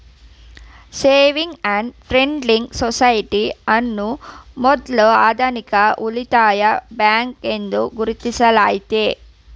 savings and friendly society ಅನ್ನ ಮೊದ್ಲ ಆಧುನಿಕ ಉಳಿತಾಯ ಬ್ಯಾಂಕ್ ಎಂದು ಗುರುತಿಸಲಾಗೈತೆ